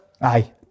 aye